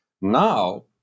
Now